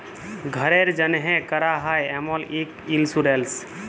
ঘ্যরের জ্যনহে ক্যরা হ্যয় এমল ইক ইলসুরেলস